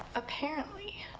apparently,